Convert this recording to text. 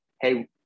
hey